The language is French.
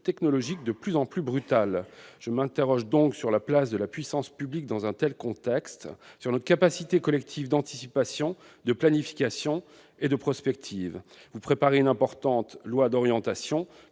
technologiques de plus en plus brutales. Je m'interroge donc sur la place de la puissance publique dans un tel contexte, sur notre capacité collective d'anticipation, de planification et de prospective. Vous préparez une importante loi d'orientation,